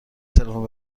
تلفن